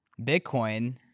bitcoin